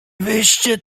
wyście